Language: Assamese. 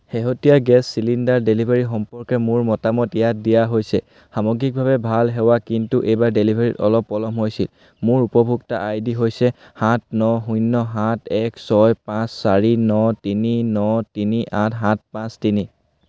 শেহতীয়া গেছ চিলিণ্ডাৰ ডেলিভাৰী সম্পৰ্কে মোৰ মতামত ইয়াত দিয়া হৈছে সামগ্ৰিকভাৱে ভাল সেৱা কিন্তু এইবাৰ ডেলিভাৰীত অলপ পলম হৈছিল মোৰ উপভোক্তা আই ডি হৈছে সাত ন শূন্য সাত এক ছয় পাঁচ চাৰি ন তিনি ন তিনি আঠ সাত পাঁচ তিনি